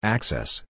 Access